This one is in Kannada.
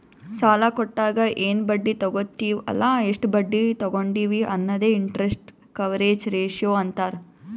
ಸಾಲಾ ಕೊಟ್ಟಾಗ ಎನ್ ಬಡ್ಡಿ ತಗೋತ್ತಿವ್ ಅಲ್ಲ ಎಷ್ಟ ಬಡ್ಡಿ ತಗೊಂಡಿವಿ ಅನ್ನದೆ ಇಂಟರೆಸ್ಟ್ ಕವರೇಜ್ ರೇಶಿಯೋ ಅಂತಾರ್